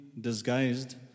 disguised